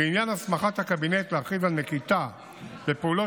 לעניין הסמכת הקבינט להכריז על נקיטת פעולות